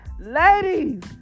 Ladies